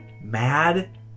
Mad